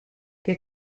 che